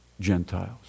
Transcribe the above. Gentiles